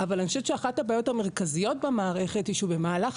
אבל אני חושבת שאחת הבעיות המרכזיות במערכת היא שבמהלך